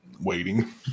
Waiting